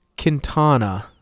Quintana